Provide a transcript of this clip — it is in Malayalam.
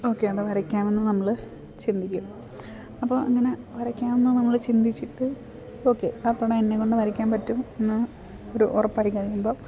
ഓക്കെ അത് വരയ്ക്കാമെന്ന് നമ്മൾ ചിന്തിക്കും അപ്പോൾ അങ്ങനെ വരയ്ക്കാം എന്നു നമ്മൾ ചിന്തിച്ചിട്ട് ഓക്കെ ആ പടമെന്നെക്കൊണ്ട് വരയ്ക്കാൻ പറ്റും എന്ന് ഒരു ഉറപ്പായിക്കഴിയുമ്പം